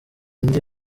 indi